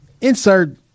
insert